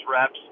reps